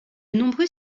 nombreux